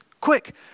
Quick